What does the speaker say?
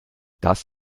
das